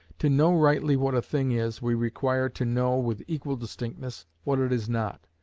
to know rightly what a thing is, we require to know, with equal distinctness, what it is not.